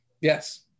Yes